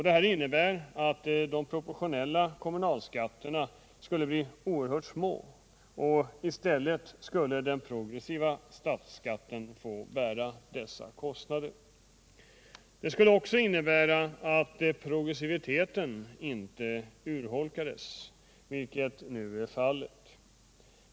Detta innebär att de proportionella kommunalskatterna skulle bli oerhört små, och i stället skulle den progressiva statsskatten få bära dessa kostnader. Det skulle också innebära att progressiviteten inte urholkas, vilket nu är fallet.